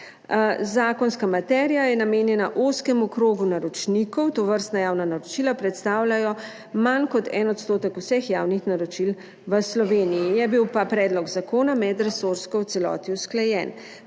Zakonska materija je namenjena ozkemu krogu naročnikov. Tovrstna javna naročila predstavljajo manj kot 1 % vseh javnih naročil v Sloveniji. Predlog zakona je bil medresorsko v celoti usklajen.